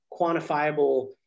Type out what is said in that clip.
quantifiable